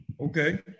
Okay